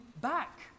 back